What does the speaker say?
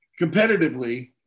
competitively